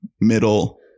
middle